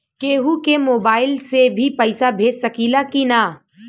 केहू के मोवाईल से भी पैसा भेज सकीला की ना?